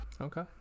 okay